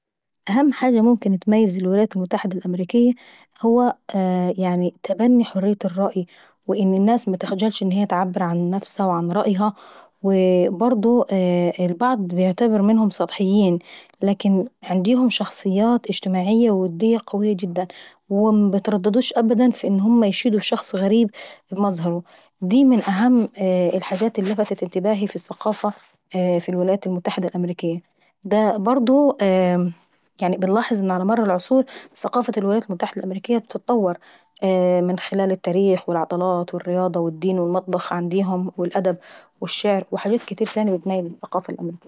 اهم حاجة ممكن اتميز الولايات المتحدة الامريكية هي تبني حرية الرأي والتعبير، وان الناس متخجلش ان هي تعبر عن نفسها وعن رأيها. البعض عنديهم سطحيين لكن عنديهم شخصيات اجتماعية وودية قوية جدا. ومش بيترددوا ابدا ان هما يشيلو شخص غريب بمظهره. دي من اهم الحاجات اللي لفتت انتباهي في ثقافة الولايات المتحدة الامريكيي. دا برضه امم يعني بنلاحظ انه على مر العصور ثقافة الولايات المتحدة الأمريكية بتتطور من خلال التاريخ والعطلات والرياضة والدين والمطبخ والشعر، وحاجات كاتير تاني بتميز الولايات المتحدة الأمريكيي.